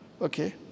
Okay